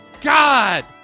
God